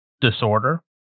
disorder